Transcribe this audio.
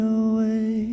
away